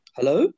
Hello